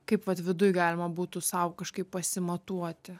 kaip vat viduj galima būtų sau kažkaip pasimatuoti